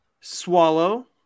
swallow